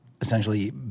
essentially